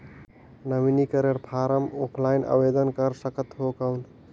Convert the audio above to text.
नवीनीकरण form offline आवेदन कर सकत हो कौन?